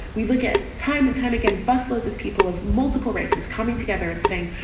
we look at time and time again. bus loads of people of multiple races coming together and saying,